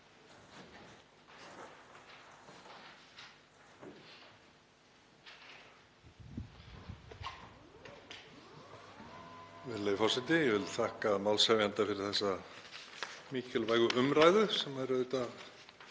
Virðulegi forseti. Ég vil þakka málshefjanda fyrir þessa mikilvægu umræðu sem er auðvitað